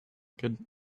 could